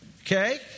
okay